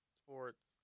sports